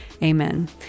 amen